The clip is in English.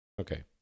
Okay